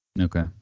Okay